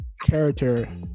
character